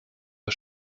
der